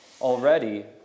Already